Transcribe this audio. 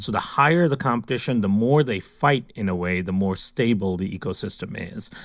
so the higher the competition, the more they fight in a way the more stable the ecosystem is.